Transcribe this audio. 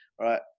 right